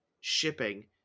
shipping